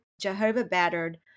Jehovah-battered